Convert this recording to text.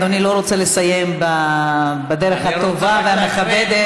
אדוני לא רוצה לסיים בדרך הטובה והמכבדת.